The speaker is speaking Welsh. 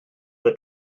the